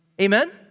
amen